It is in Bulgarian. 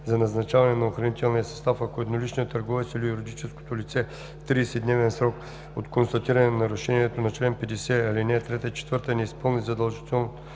за назначаване на охранителен състав, ако едноличният търговец или юридическото лице в 30-дневен срок от констатиране на нарушението на чл. 50, ал. 3 и 4 не изпълни задължителното